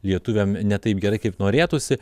lietuviam ne taip gerai kaip norėtųsi